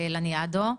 בלניאדו,